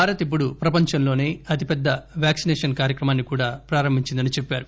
భారత్ ఇప్పుడు ప్రపంచంలోసే అతిపెద్ద వ్యాక్సినేషన్ కార్యక్రమాన్ని కూడా ప్రారంభించిందని చెప్పారు